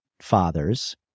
fathers